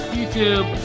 YouTube